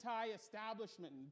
anti-establishment